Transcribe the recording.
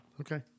Okay